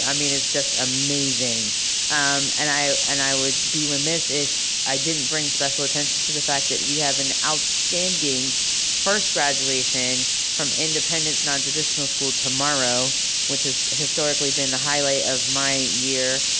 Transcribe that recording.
i mean, it's just amazing and i and i would be remiss if i didn't bring special attention to the fact that we have an outstanding first graduation from independence nontraditional school tomorrow which has historically been the highlight of my year.